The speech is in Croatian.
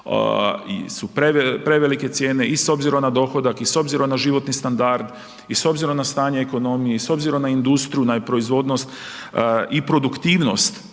su prevelike cijene i s obzirom na dohodak i s obzirom na životni standard i s obzirom na stanje ekonomije i s obzirom na industriju, na proizvodnost i produktivnost,